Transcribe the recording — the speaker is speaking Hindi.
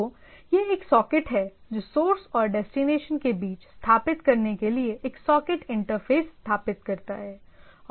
तो यह एक सॉकेट है जो सोर्स और डेस्टिनेशन के बीच स्थापित करने के लिए एक सॉकेट इंटरफ़ेस स्थापित करता है